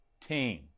team